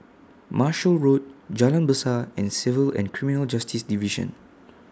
Marshall Road Jalan Besar and Civil and Criminal Justice Division